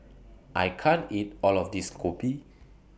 I can't eat All of This Kopi